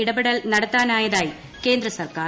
ഇടപെടൽ നടത്താനായതായി കേന്ദ്ര സർക്കാർ